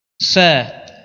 Sir